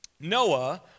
Noah